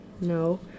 No